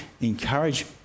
encourage